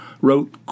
wrote